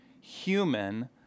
human